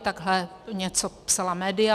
Takhle něco psala média.